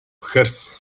hers